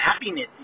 happiness